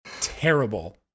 terrible